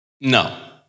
No